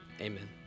Amen